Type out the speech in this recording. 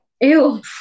Ew